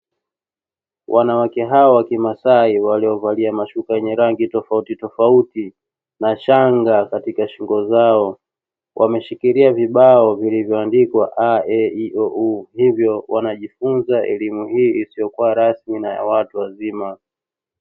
Wanawake hao wa kimasai waliovalia mashuka yenye rangi tofautitofauti na shanga katika shingo zao, wameshikilia vibao vilivyoandikwa a e i o u. Hivyo wanajifunza elimu hii isiyokuwa rasmi na ya watu wazima.